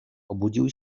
obudził